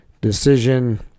decision